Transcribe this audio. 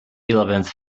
eleventh